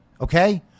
Okay